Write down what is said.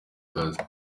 kazi